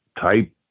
type